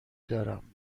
دارم